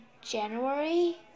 January